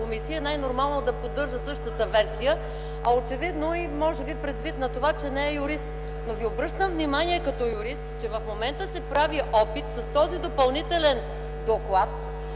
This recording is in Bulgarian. комисия, най-нормално е да поддържа същата версия, и очевидно, може би предвид на това, че не е юрист, но Ви обръщам внимание като на юрист, че в момента се прави опит с този допълнителен доклад